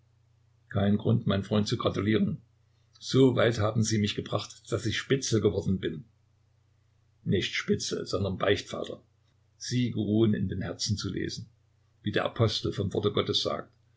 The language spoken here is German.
kein grund mein freund zu gratulieren so weit haben sie mich gebracht daß ich spitzel geworden bin nicht spitzel sondern beichtvater sie geruhen in den herzen zu lesen wie der apostel vom worte gottes sagt